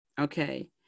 okay